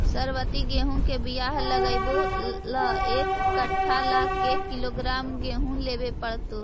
सरबति गेहूँ के बियाह लगबे ल एक कट्ठा ल के किलोग्राम गेहूं लेबे पड़तै?